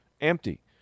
Empty